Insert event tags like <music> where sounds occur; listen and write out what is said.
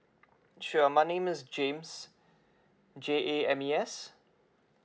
<noise> sure my name is james J A M E S